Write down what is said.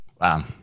Wow